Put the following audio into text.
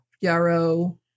yarrow